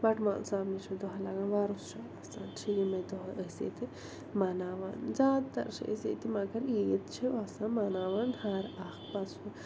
بَٹہٕ مالیُن صٲبنہِ چھِ دۄہ لگان وَرُس چھِ آسان چھِ یِمَے دۄہ أسۍ ییٚتہِ مناوان زیادٕ تَر چھِ أسۍ ییٚتہِ مگر عید چھِ آسان مناوان ہَر اَکھ پتہٕ سُہ